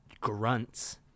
Grunts